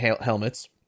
helmets